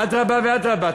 אדרבה ואדרבה,